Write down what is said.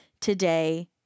today